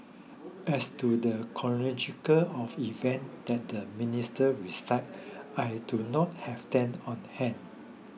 as to the chronology of events that the minister recited I do not have them on hand